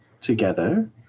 together